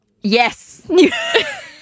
yes